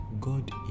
God